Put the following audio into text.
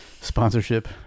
sponsorship